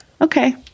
okay